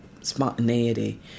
spontaneity